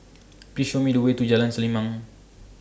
Please Show Me The Way to Jalan Selimang